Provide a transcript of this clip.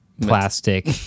plastic